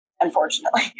Unfortunately